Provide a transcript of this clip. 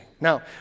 Now